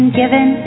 given